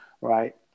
Right